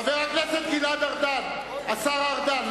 חבר הכנסת גלעד ארדן, השר ארדן.